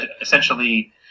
essentially